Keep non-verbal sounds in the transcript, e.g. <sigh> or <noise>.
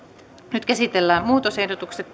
nyt käsitellään muutosehdotukset <unintelligible>